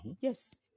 Yes